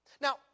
Now